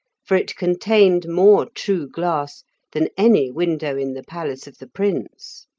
for it contained more true glass than any window in the palace of the prince.